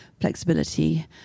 flexibility